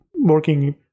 working